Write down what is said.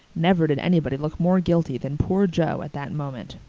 never did anybody look more guilty than poor joe at that moment.